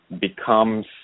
becomes